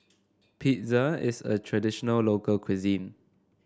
pizza is a traditional local cuisine